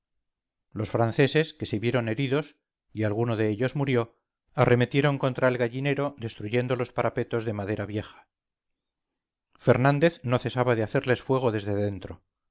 los franceses que se vieron heridos y alguno de ellos murió arremetieron contra el gallinero destruyendo los parapetos de madera vieja fernández no cesaba de hacerles fuego desde adentro